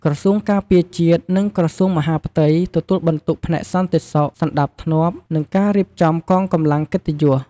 ក្រសួងការពារជាតិ និងក្រសួងមហាផ្ទៃ ទទួលបន្ទុកផ្នែកសន្តិសុខ សណ្ដាប់ធ្នាប់ និងការរៀបចំកងកម្លាំងកិត្តិយស។